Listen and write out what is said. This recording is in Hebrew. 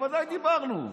ובוודאי דיברנו.